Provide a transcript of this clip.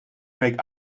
make